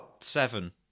Seven